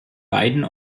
beiden